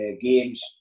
games